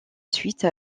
suite